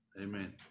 Amen